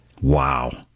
Wow